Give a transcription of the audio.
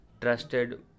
trusted